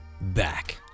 back